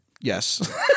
yes